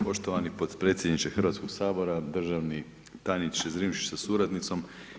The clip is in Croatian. Poštovani potpredsjedniče Hrvatskoga sabora, državni tajniče Zrinušić sa suradnicom.